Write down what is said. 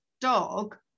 dog